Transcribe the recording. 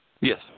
Yes